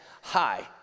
hi